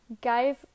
guys